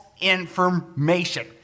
information